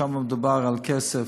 שם מדובר על כסף,